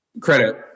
credit